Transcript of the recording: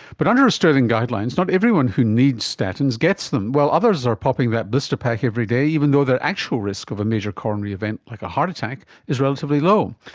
but under australian guidelines, not everyone who needs statins gets them, while others are popping that blister pack every day even though their actual risk of a major coronary event like a heart attack is relatively low.